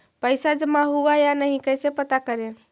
पैसा जमा हुआ या नही कैसे पता करे?